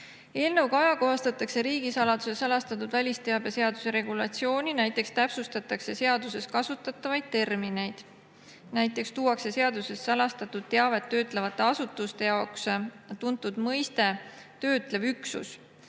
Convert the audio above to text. Eelnõuga ajakohastatakse riigisaladuse ja salastatud välisteabe seaduse regulatsiooni, sealhulgas täpsustatakse seaduses kasutatavaid termineid. Seadusse tuuakse näiteks salastatud teavet töötlevates asutustes tuntud mõiste "töötlev üksus".